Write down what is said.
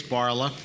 Barla